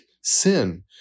sin